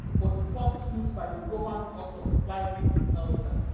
was first used by the roman author pliny the elder.